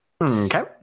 Okay